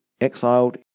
exiled